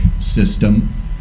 system